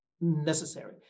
necessary